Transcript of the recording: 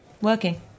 Working